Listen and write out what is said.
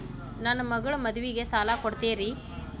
ನನ್ನ ಮಗಳ ಮದುವಿಗೆ ಸಾಲ ಕೊಡ್ತೇರಿ?